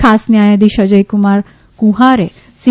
ખાસ ન્યાયાધીશ અજયકુમાર કુફારે સી